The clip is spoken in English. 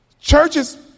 Churches